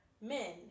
men